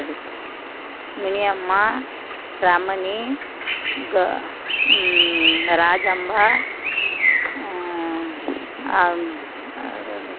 படி மினியம்மா ரமணி கெள ராஜம்பா அட இந்த